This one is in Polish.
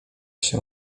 się